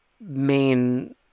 main